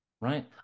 right